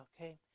Okay